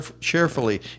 cheerfully